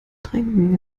trinken